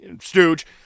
stooge